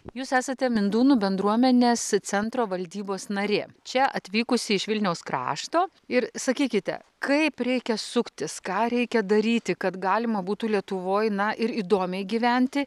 jūs esate mindūnų bendruomenės centro valdybos narė čia atvykusi iš vilniaus krašto ir sakykite kaip reikia suktis ką reikia daryti kad galima būtų lietuvoj na ir įdomiai gyventi